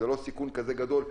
זה לא סיכון כזה גדול.